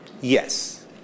Yes